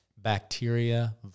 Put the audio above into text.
Bacteria